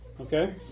Okay